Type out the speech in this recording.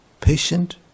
patient